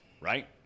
right